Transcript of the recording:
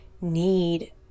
need